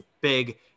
big